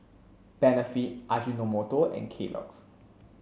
Benefit Ajinomoto and Kellogg's